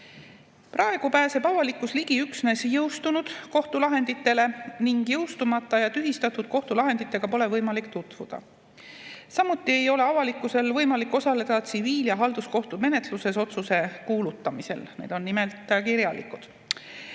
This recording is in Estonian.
Praegu pääseb avalikkus ligi üksnes jõustunud kohtulahenditele ning jõustumata ja tühistatud kohtulahenditega pole võimalik tutvuda. Samuti ei ole avalikkusel võimalik osaleda tsiviil‑ ja halduskohtumenetluses otsuse kuulutamisel. Need tehakse nimelt kirjalikult.